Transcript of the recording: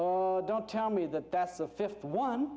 you don't tell me that that's the fifth one